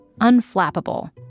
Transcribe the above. unflappable